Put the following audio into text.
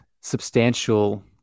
substantial